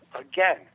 again